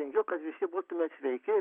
linkiu kad visi būtume sveiki